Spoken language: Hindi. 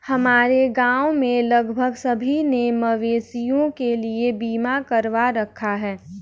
हमारे गांव में लगभग सभी ने मवेशियों के लिए बीमा करवा रखा है